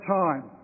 time